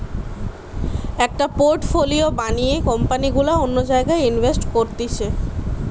একটা পোর্টফোলিও বানিয়ে কোম্পানি গুলা অন্য জায়গায় ইনভেস্ট করতিছে